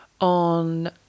on